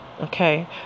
okay